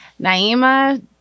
Naima